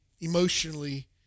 emotionally